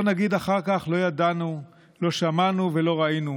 שלא נגיד אחר כך: לא ידענו, לא שמענו ולא ראינו.